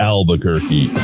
Albuquerque